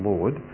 Lord